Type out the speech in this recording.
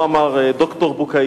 שרק בעל תואר במשפטים יהיה